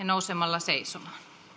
nousemalla seisomaan